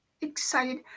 excited